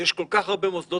שיש כל כך הרבה מוסדות